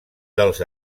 dels